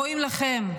רואים לכם,